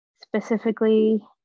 specifically